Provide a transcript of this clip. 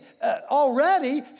already